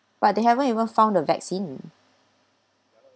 but they haven't even found a vaccine